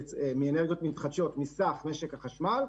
מאנרגיות מתחדשות מסך משק החשמל,